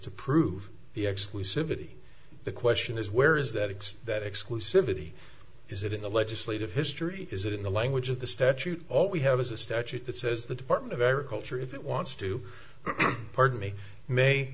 exclusivity the question is where is that x that exclusivity is it in the legislative history is it in the language of the statute all we have is a statute that says the department of agriculture if it wants to pardon me may